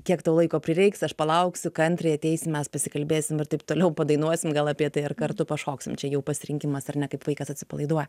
kiek to laiko prireiks aš palauksiu kantriai ateisi mes pasikalbėsim ir taip toliau padainuosime gal apie tai ar kartu pašoksim čia jau pasirinkimas ar ne kaip vaikas atsipalaiduoja